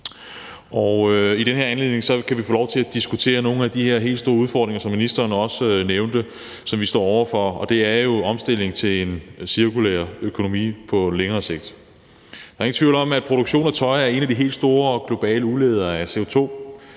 Og i den her anledning kan vi få lov til at diskutere nogle af de her helt store udfordringer, som vi står over for, og som ministeren også nævnte. Og det er jo omstilling til en cirkulær økonomi på længere sigt. Der er ingen tvivl om, at produktion af tøj forårsager en af de helt store globale udledninger af CO2,